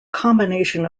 combination